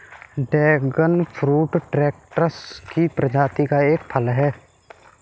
dragon fruit cactus की प्रजाति का एक फल है